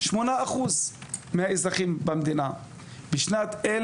8% מהאזרחים במדינה היו